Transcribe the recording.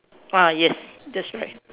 ah yes that's right